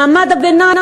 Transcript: מעמד הביניים,